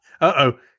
uh-oh